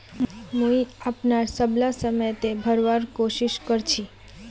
मुई अपनार सबला समय त भरवार कोशिश कर छि